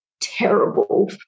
terrible